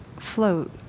float